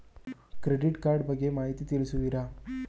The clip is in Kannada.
ಕ್ರೆಡಿಟ್ ಕಾರ್ಡ್ ಬಗ್ಗೆ ಮಾಹಿತಿ ತಿಳಿಸುವಿರಾ?